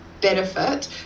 benefit